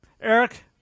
Eric